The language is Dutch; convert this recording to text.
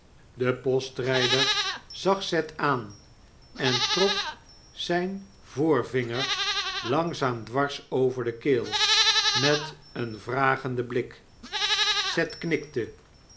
de postrper zag seth aan en trok zp voorvinger langzaam dwars over de keel met een vragenclen blik seth knikte